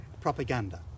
propaganda